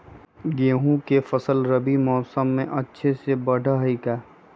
गेंहू के फ़सल रबी मौसम में अच्छे से बढ़ हई का?